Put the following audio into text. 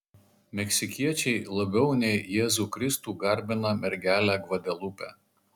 meksikiečiai labiau nei jėzų kristų garbina mergelę gvadelupę